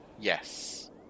Yes